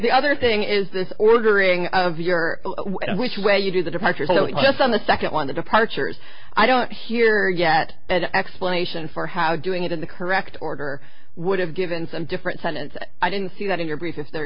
the other thing is this ordering of your which way you do the departures so just on the second one the departures i don't hear yet an explanation for how doing it in the correct order would have given some different sentence i didn't see that in your brief if there